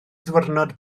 ddiwrnod